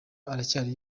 aracyari